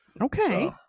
Okay